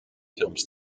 films